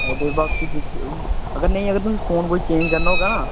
एह्दे बाकी बिच अगर नेईं अगर तुस फोन कोई चेंज करना होग्गा ना